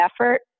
effort